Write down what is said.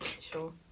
Sure